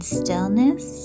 stillness